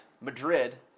Madrid